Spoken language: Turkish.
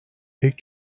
pek